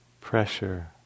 pressure